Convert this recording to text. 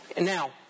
Now